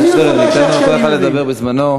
לא אכפת לי שתפרש ככה.